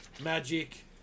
magic